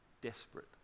desperate